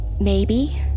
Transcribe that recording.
Maybe